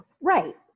Right